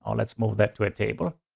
um let's move that to a table.